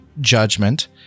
judgment